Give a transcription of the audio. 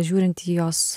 žiūrint į jos